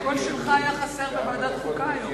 הקול שלך היה חסר בוועדת החוקה היום.